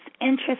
interest